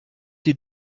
sie